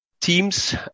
Teams